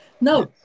No